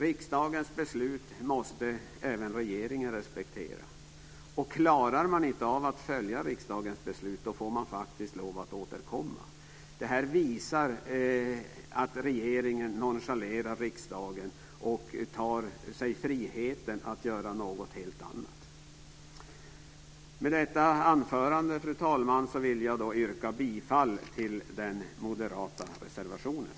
Riksdagens beslut måste även regeringen respektera. Klarar man inte av att följa riksdagens beslut får man återkomma. Detta visar att regeringen nonchalerar riksdagen och tar sig friheter att göra något helt annat. Med detta anförande, fru talman, vill jag yrka bifall till den moderata reservationen.